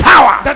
power